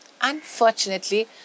unfortunately